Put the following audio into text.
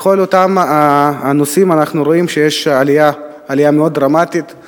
בכל אותם נושאים אנחנו רואים שיש עלייה דרמטית מאוד,